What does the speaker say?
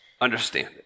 understand